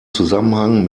zusammenhang